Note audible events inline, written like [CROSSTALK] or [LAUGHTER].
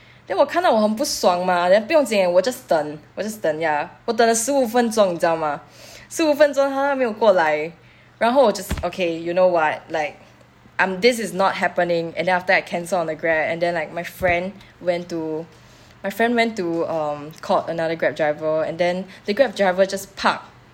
then 我看到我很不爽 mah then 不用紧 eh 我 just 等 just 等 ya 我等了十五分钟你知道吗 [BREATH] 十五分钟他没有过来然后我 just okay you know what like um this is not happening and then after I cancel on the grab and then like my friend went tomy friend went to um called another grab driver and then the grab driver just park